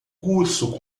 curso